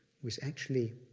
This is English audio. was actually